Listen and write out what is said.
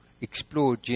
explore